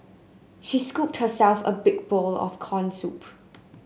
she scooped herself a big bowl of corn soup